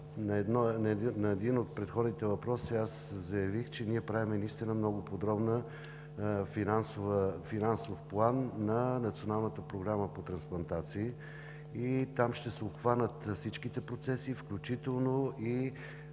на един от предходните въпроси аз заявих, че ние правим наистина много подробен финансов план на Националната програма по трансплантации и там ще се обхванат всичките процеси, включително и